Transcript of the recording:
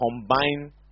combine